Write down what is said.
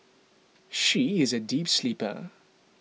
she is a deep sleeper